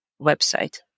website